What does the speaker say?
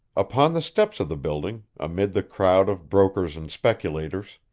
upon the steps of the building, amid the crowd of brokers and speculators,